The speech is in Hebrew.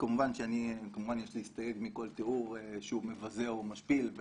וכמובן שיש להסתייג מכל תיאור שהוא מבזה או משפיל,